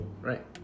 Right